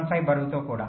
15 బరువుతో కూడా